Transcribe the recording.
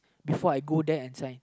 before I go there and sign